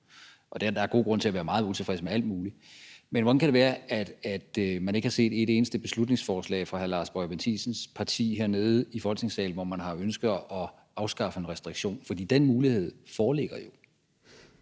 og der er god grund til at være meget utilfreds med al muligt – hvordan det så kan være, at vi ikke har set et eneste beslutningsforslag fra hr. Lars Boje Mathiesens parti hernede i Folketingssalen, hvor man har ønsket at afskaffe en restriktion? For den mulighed foreligger jo.